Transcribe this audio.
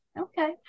Okay